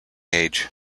age